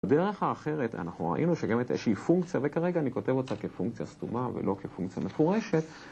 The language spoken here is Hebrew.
בדרך האחרת אנחנו ראינו שגם איזושהי פונקציה, וכרגע אני כותב אותה כפונקציה סתומה ולא כפונקציה מפורשת.